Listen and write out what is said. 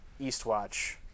Eastwatch